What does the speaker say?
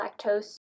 lactose